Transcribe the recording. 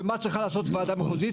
במה צריכה לעסוק ועדה מחוזית,